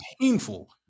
painful